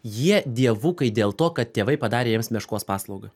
jie dievukai dėl to kad tėvai padarė jiems meškos paslaugą